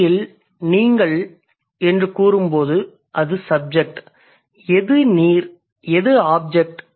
இந்தியில் FL நீங்கள் FL என்று கூறும்போது அது சப்ஜெக்ட் FL எது நீர் எது ஆப்ஜெக்ட்